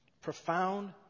profound